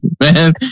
man